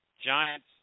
Giants